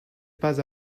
pas